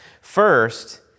First